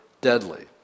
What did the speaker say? deadly